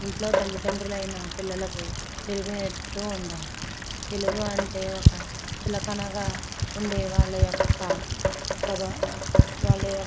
ఇంట్లో తల్లిదండ్రులైన పిల్లలకు తెలుగు నేర్పుతూ ఉండాలి తెలుగు అంటే ఒక చులకనగా ఉండే వాళ్ళ యొక్క